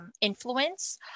influence